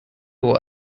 will